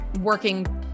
working